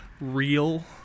real